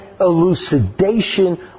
elucidation